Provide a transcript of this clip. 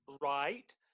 Right